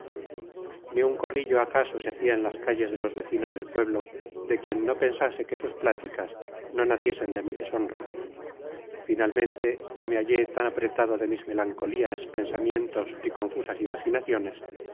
ni un corrillo acaso se hacia en las calles de los vecinos del pueblo de quien no pensase que sus pláticas no naciesen de mi deshonra finalmente yo me hallé tan apretado de mis melancolías pensamientos y confusas imaginaciones